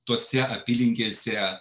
tose apylinkėse